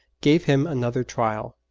gave him another trial.